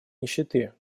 нищеты